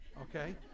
okay